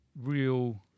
real